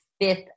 Fifth